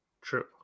True